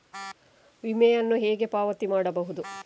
ವಿಮೆಯನ್ನು ಹೇಗೆ ಪಾವತಿ ಮಾಡಬಹುದು?